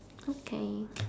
okay